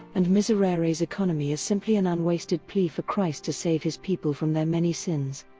and miserere's economy is simply an unwasted plea for christ to save his people from their many sins.